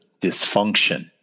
dysfunction